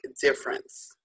difference